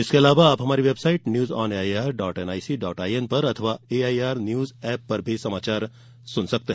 इसके अलावा आप हमारी website news on A I R dot N I C dot I N पर अथवा A I R news app पर भी समाचार सुन सकते हैं